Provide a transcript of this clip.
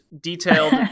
detailed